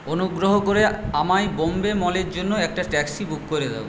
অনুগ্রহ করে আমায় বোম্বে মলের জন্য একটা ট্যাক্সি বুক করে দাও